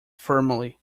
firmly